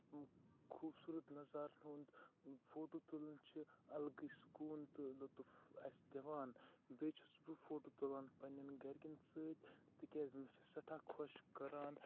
خوٗبصوٗرت نَظارَن ہُند فوٹو تُلُن چھُ اَلگٕے سکوٗن تہٕ لُطُف اَسہِ دِوان بیٚیہِ چھُس بہٕ فوٹو تُلان پننٮ۪ن گرِکین سۭتۍ تِکیازِ مےٚ چھُ سٮ۪ٹھاہ خۄش کران